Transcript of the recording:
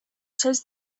says